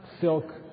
silk